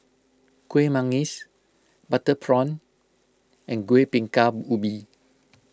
Kueh Manggis Butter Prawn and Kuih Bingka Ubi